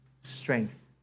strength